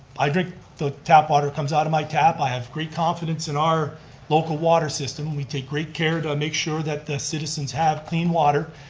i drink the tap water that comes out of my tap, i have great confidence in our local water system, we take great care to make sure that the citizens have clean water.